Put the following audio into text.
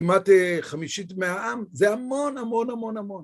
כמעט חמישית מאה עם, זה המון, המון, המון, המון.